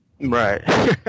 Right